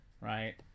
right